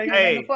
hey